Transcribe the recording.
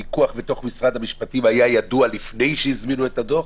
הפיקוח בתוך משרד המשפטים היה ידוע לפני שהזמינו את הדוח